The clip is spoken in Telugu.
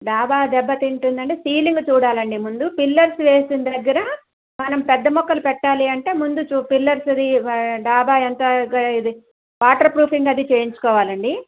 డాబా దెబ్బ తింటుందంటే సీలింగ్ చూడాలండి ముందు పిల్లర్స్ వేసింది దగ్గర మనం పెద్ద మొక్కలు పెట్టాలి అంటే ముందు పిల్లర్స్ డాబా ఎంత ఇది వాటర్ ప్రూఫింగ్ అది చేయించుకోవాలండి